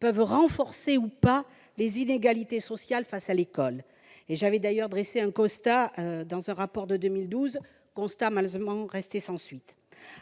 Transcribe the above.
peuvent renforcer- ou non -les inégalités sociales face à l'école. J'avais d'ailleurs dressé ce constat dans un rapport de 2012, qui est malheureusement resté sans suite.